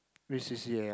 which C_C_A ah